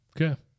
Okay